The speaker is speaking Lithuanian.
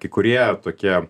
kai kurie tokie